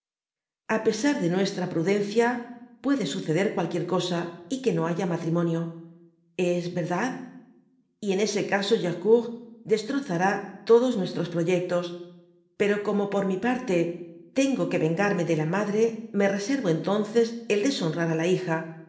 a pesar de nuestra prudencia puede suceder cualquier cosa y que no haya matrimonio s verdad y en ese caso grcrcourt destrozará todos nuestros proyectos pero como por mi parte tengo que vengarme de la madre me reservo entonces el deshonrar á la hija